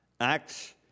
Acts